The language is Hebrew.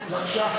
וכמה.